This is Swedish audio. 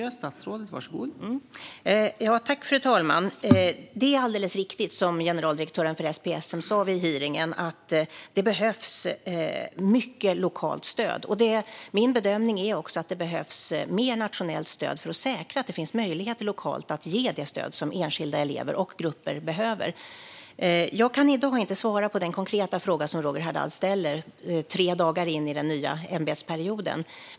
Fru talman! Det är alldeles riktigt, som generaldirektören för SPS sa vid hearingen, att det behövs mycket lokalt stöd. Min bedömning är också att det behövs mer nationellt stöd för att säkra att det finns möjligheter lokalt att ge det stöd som enskilda elever och grupper behöver. Jag kan i dag, tre dagar in i den nya ämbetsperioden, inte svara på den konkreta fråga som Roger Haddad ställer.